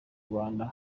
rwanda